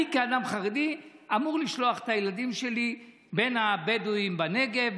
אני כאדם חרדי אמור לשלוח את הילדים שלי בין הבדואים בנגב,